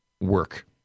work